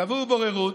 קבעו בוררות.